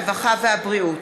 הרווחה והבריאות.